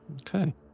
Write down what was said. Okay